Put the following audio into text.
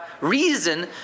reason